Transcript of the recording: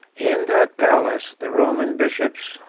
in that palace, the roman bishops,